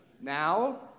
Now